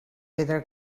pedra